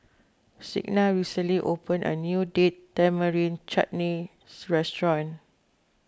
Signa recently opened a new Date Tamarind Chutney restaurant